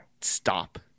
stop